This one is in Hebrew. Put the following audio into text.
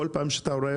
כל פעם מחדש,